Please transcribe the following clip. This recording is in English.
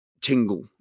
tingle